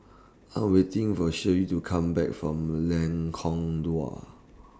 I'm waiting For Shelley to Come Back from Lengkong Dua